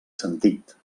sentit